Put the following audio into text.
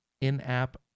in-app